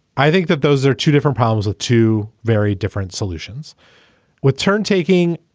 i think that those are two different problems with two very different solutions with turn taking.